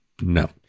No